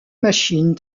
machines